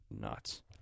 nuts